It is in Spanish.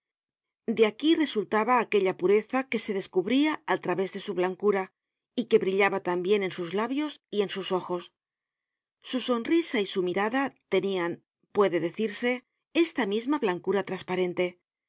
de aquí resultaba aquella pureza que se descubria al través de su blancura y que brillaba tambien en sus labios y en sus ojos su sonrisa y su mirada tenian puede decirse esta misma blancura trasparente